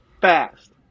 fast